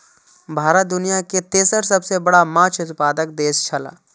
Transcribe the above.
भारत दुनिया के तेसर सबसे बड़ा माछ उत्पादक देश छला